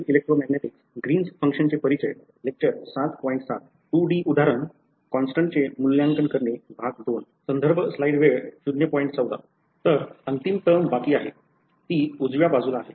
तर अंतिम टर्म बाकी आहे ती उजव्या बाजूला आहे